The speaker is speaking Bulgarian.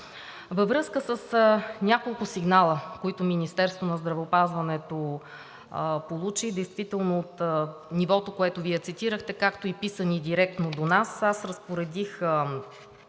Във връзка с няколко сигнала, които Министерството на здравеопазването получи, действително от нивото, което Вие цитирахте, както и писани директно до нас, аз разпоредих